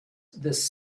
this